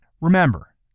Remember